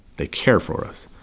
they care for us.